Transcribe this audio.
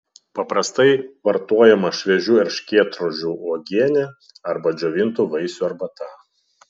paprastai vartojama šviežių erškėtrožių uogienė arba džiovintų vaisių arbata